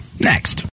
next